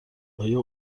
آیا